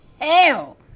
hell